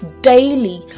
daily